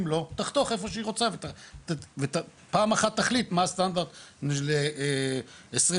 אם לא תחתוך איפה שהיא רוצה ופעם אחת היא תחליט מה הסטנדרט ל- 2023